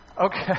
Okay